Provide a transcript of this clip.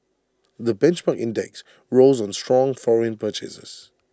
the benchmark index rose on strong foreign purchases